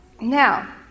Now